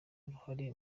uruhare